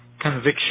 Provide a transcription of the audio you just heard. conviction